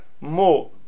more